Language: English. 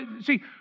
See